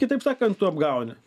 kitaip sakant tu apgauni